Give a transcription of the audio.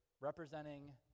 representing